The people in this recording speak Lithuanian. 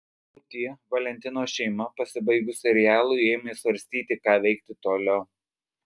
o tie valentinos šeima pasibaigus serialui ėmė svarstyti ką veikti toliau